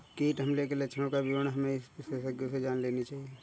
कीट हमले के लक्षणों का विवरण हमें इसके विशेषज्ञों से जान लेनी चाहिए